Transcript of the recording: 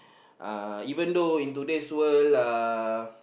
uh even though in today's world uh